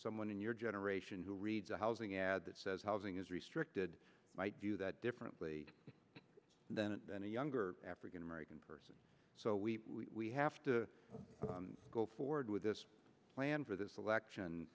someone in your generation who reads a housing ad that says housing is restricted might do that differently than it any younger african american person so we have to go forward with this plan for this election